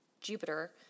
Jupiter